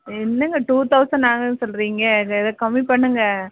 என்னங்க two thousand ஆகும்னு சொல்கிறீங்க இதை இதை கம்மி பண்ணுங்கள்